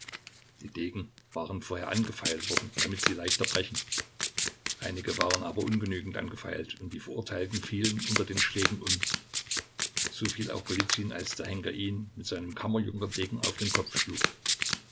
die degen waren vorher angefeilt worden damit sie leichter brechen einige waren aber ungenügend angefeilt und die verurteilten fielen unter den schlägen um so fiel auch golizyn als der henker ihn mit seinem kammerjunkerdegen auf den kopf schlug